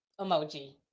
emoji